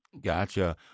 Gotcha